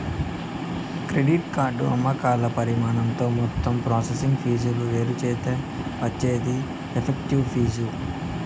credit card అమ్మకాల పరిమాణంతో మొత్తం ప్రాసెసింగ్ ఫీజులు వేరుచేత్తే వచ్చేదే ఎఫెక్టివ్ ఫీజు